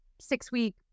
six-week